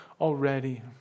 already